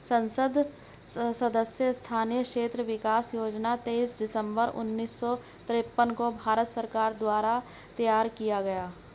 संसद सदस्य स्थानीय क्षेत्र विकास योजना तेईस दिसंबर उन्नीस सौ तिरान्बे को भारत सरकार द्वारा तैयार किया गया